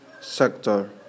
sector